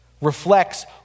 reflects